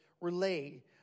relay